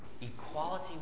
equality